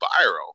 viral